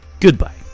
Goodbye